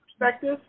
perspective